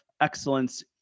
excellence